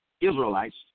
Israelites